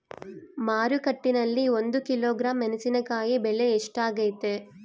ಮಾರುಕಟ್ಟೆನಲ್ಲಿ ಒಂದು ಕಿಲೋಗ್ರಾಂ ಮೆಣಸಿನಕಾಯಿ ಬೆಲೆ ಎಷ್ಟಾಗೈತೆ?